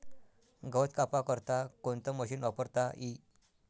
गवत कापा करता कोणतं मशीन वापरता ई?